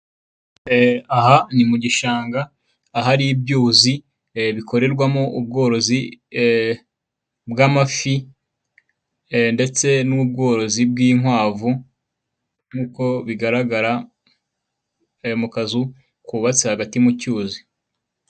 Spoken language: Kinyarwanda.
Aha ni mu gishanga ahari ibyuzi, bikorerwamo ubworozi bw'amafi ndetse n'ubworozi bw'inkwavu nkuko bigaragara mu kazu kubatse hagati mu cyuzi.